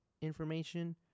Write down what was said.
information